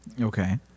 Okay